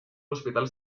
hospital